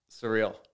surreal